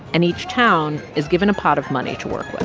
and each town is given a pot of money to work with